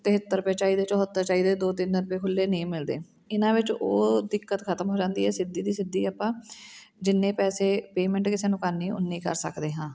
ਤਿਹੱਤਰ ਰੁਪਏ ਚਾਹੀਦੇ ਚੌਹੱਤਰ ਚਾਹੀਦਾ ਦੋ ਤਿੰਨ ਰੁਪਏ ਖੁੱਲ੍ਹੇ ਨਹੀਂ ਮਿਲਦੇ ਇਹਨਾਂ ਵਿੱਚ ਉਹ ਦਿੱਕਤ ਖਤਮ ਹੋ ਜਾਂਦੀ ਹੈ ਸਿੱਧੀ ਦੀ ਸਿੱਧੀ ਆਪਾਂ ਜਿੰਨੇ ਪੈਸੇ ਪੇਮੈਂਟ ਕਿਸੇ ਨੂੰ ਕਰਨੀ ਉਨੀ ਕਰ ਸਕਦੇ ਹਾਂ